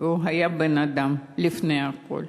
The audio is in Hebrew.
הוא היה בן-אדם לפני הכול,